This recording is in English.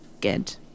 good